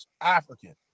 African